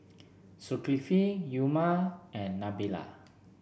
Zulkifli Umar and Nabila